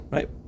Right